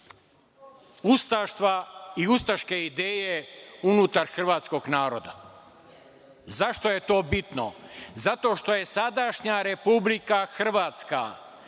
ustaštva i ustaške ideje unutar hrvatskog naroda.Zašto je to bitno? Zato što je sadašnja Republika Hrvatska